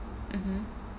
mmhmm